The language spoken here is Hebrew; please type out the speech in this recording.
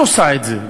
את עושה את זה,